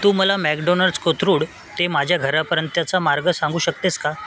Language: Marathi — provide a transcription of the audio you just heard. तू मला मॅकडोनल्ड्स कोथरूड ते माझ्या घरापर्यंतचा मार्ग सांगू शकतेस का